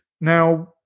now